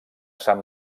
sant